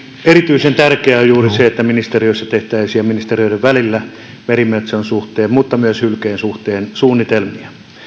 erityisen tärkeää on juuri se että tehtäisiin ministeriöissä ja ministeriöiden välillä merimetson suhteen mutta myös hylkeen suhteen suunnitelmia